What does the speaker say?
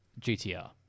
GTR